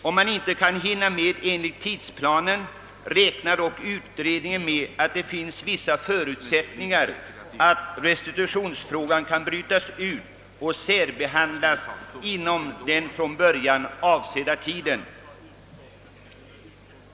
Om inte tidsplanen kan följas räknar dock utredningen med att det finns vissa förutsättningar för att restitutionsfrågan kan brytas ut och särbehandlas inom den från början avsedda tiden.